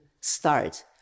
start